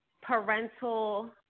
parental